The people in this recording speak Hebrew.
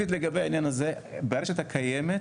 ברשת הקיימת,